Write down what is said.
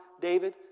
David